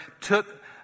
took